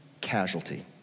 casualty